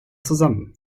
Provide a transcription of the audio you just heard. zusammen